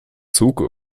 zug